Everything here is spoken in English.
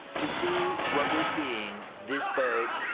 to see what we're seeing, this boat,